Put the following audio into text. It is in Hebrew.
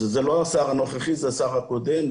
שזה לא השר הנוכחי זה השר הקודם,